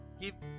give